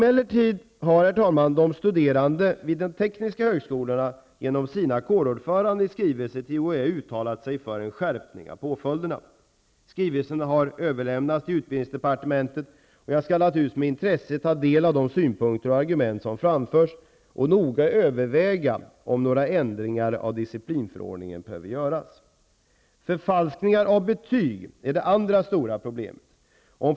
Emellertid har de studerande vid de tekniska högskolorna genom sina kårordföranden i skrivelse till UHÄ uttalat sig för en skärpning av påföljderna. Skrivelsen har överlämnats till utbildningsdepartementet, och jag skall naturligtvis med intresse ta del av de synpunkter och argument som framförs och noga överväga om några ändringar av disciplinförordningen behöver göras. Förfalskningar av betyg är det andra stora problemet.